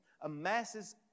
amasses